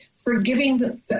forgiving